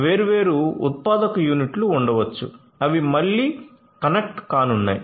వేర్వేరు ఉత్పాదక యూనిట్లు ఉండవచ్చు అవి మళ్ళీ కనెక్ట్ కానున్నాయి